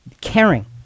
caring